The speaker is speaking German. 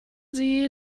sie